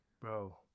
bro